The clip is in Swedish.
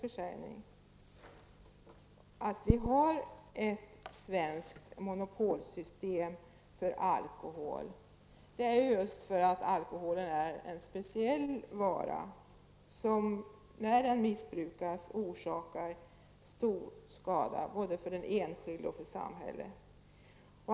Orsaken till att vi har ett svenskt monopolsystem för försäljning av alkohol är just att alkoholen är en speciell vara som när den missbrukas orsakar stor skada både för den enskilde och för samhället.